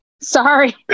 sorry